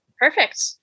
Perfect